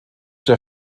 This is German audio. der